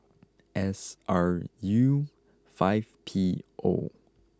S R U five P O